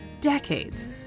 decades